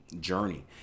journey